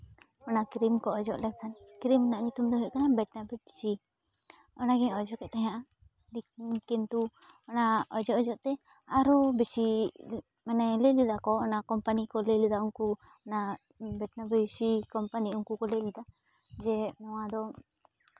ᱚᱱᱟ ᱠᱨᱤᱢ ᱠᱚ ᱚᱡᱚᱜ ᱞᱮᱠᱷᱟᱱ ᱠᱨᱤᱢ ᱨᱮᱱᱟᱜ ᱧᱩᱛᱩᱢ ᱫᱚ ᱦᱩᱭᱩᱜ ᱠᱟᱱᱟ ᱵᱤᱴᱱᱟᱵᱤᱴ ᱥᱤ ᱚᱱᱟ ᱜᱮ ᱚᱡᱚᱜ ᱛᱟᱦᱮᱸᱜᱼᱟ ᱠᱤᱱᱛᱩ ᱚᱱᱟ ᱚᱡᱚᱜ ᱚᱡᱚᱜ ᱟᱨᱚ ᱵᱮᱥᱤ ᱢᱟᱱᱮ ᱞᱟᱹᱭ ᱞᱮᱫᱟ ᱠᱚ ᱚᱱᱟ ᱠᱳᱢᱯᱟᱱᱤ ᱠᱚ ᱞᱟᱹᱭ ᱞᱮᱫᱟ ᱩᱱᱠᱩ ᱚᱱᱟ ᱵᱤᱴᱱᱟᱵᱤᱴ ᱥᱤ ᱠᱳᱢᱯᱟᱱᱤ ᱩᱱᱠᱩ ᱠᱚ ᱞᱟᱹᱭ ᱞᱮᱫᱟ ᱡᱮ ᱱᱚᱣᱟ ᱫᱚ